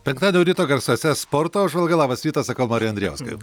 penktadienio ryto garsuose sporto apžvalga labas rytas sakau marijau andrijauskai